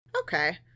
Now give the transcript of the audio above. Okay